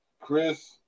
Chris